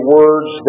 words